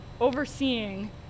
overseeing